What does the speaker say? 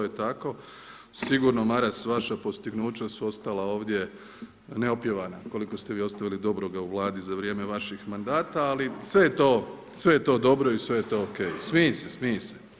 Sigurno Maras, vaša postignuća su ostala ovdje neopjevana koliko ste vi ostavili dobroga u Vladi za vrijeme vaših mandata ali sve je to dobro i sve je to ok, smij se, smij se.